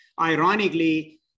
Ironically